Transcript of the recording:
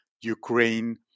Ukraine